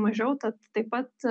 mažiau tad taip pat